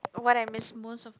what I miss most of